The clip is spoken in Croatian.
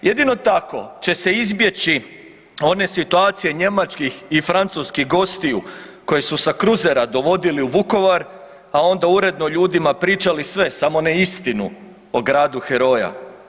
Jedino tako će se izbjeći one situacije njemačkih i francuskih gostiju koji su sa kruzera dovodili u Vukovar, a onda uredno ljudima pričali sve, samo ne istinu o gradu heroja.